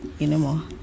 anymore